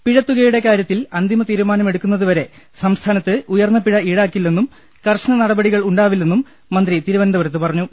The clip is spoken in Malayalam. പിഴ തുക യുടെ കാര്യത്തിൽ അന്തിമ തീരുമാനമെടുക്കുന്നുവരെ സംസ്ഥാ നത്ത് ഉയർന്ന പിഴ ഈടാക്കില്ലെന്നും കർശന നടപടികൾ ഉണ്ടാ വില്ലെന്നും മന്ത്രി തിരുവനന്തപുരത്ത് പറഞ്ഞു